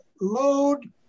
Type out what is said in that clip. load